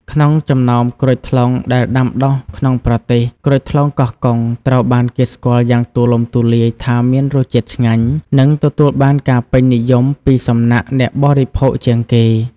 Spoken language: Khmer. ក្នុងចំណោមក្រូចថ្លុងដែលដាំដុះក្នុងប្រទេស ក្រូចថ្លុងកោះកុងត្រូវបានគេស្គាល់យ៉ាងទូលំទូលាយថាមានរសជាតិឆ្ងាញ់ និងទទួលបានការពេញនិយមពីសំណាក់អ្នកបរិភោគជាងគេ។